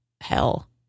hell